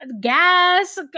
gas